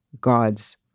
God's